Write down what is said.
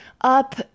up